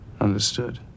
Understood